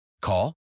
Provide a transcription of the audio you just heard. Call